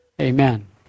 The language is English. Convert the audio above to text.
Amen